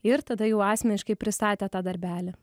ir tada jau asmeniškai pristatė tą darbelį